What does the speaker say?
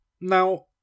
Now